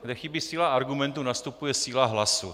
Kde chybí síla argumentu, nastupuje síla hlasu.